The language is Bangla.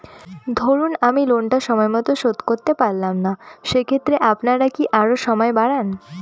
ধরুন আমি লোনটা সময় মত শোধ করতে পারলাম না সেক্ষেত্রে আপনার কি আরো সময় বাড়ান?